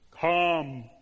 Come